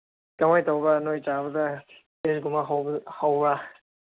ꯀꯔꯃꯥꯏꯅ ꯇꯧꯕ꯭ꯔꯥ ꯅꯈꯣꯏꯅ ꯆꯥꯕꯗ ꯍꯥꯎꯕ꯭ꯔꯥ